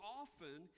often